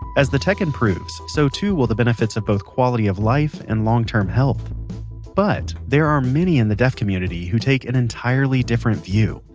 as the tech improves, so too will the benefits to both quality of life and long term health but, there are many in the deaf community who take an entirely different view.